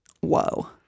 Whoa